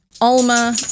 Alma